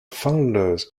founders